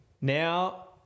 now